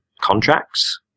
contracts